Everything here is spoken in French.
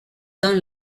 dans